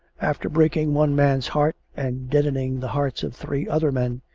after breaking one man's heart and deadening the hearts of three other men,